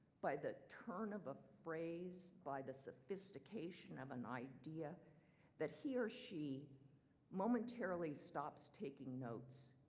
by the turn of a phrase, by the sophistication of an idea that he or she momentarily stops taking notes,